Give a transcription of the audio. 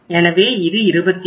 எனவே இது 21